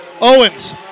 Owens